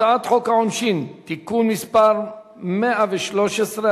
הצעת חוק העונשין (תיקון מס' 113),